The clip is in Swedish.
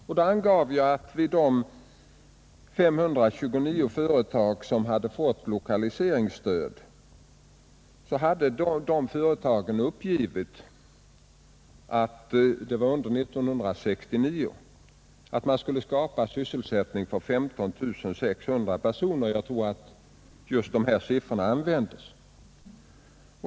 Jag vill upprepa att de 529 företag som fram till och med 1969 fått lokaliseringsstöd hade uppgivit att sysselsättning skulle skapas för 15 600 personer.